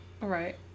right